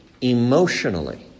emotionally